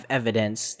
evidence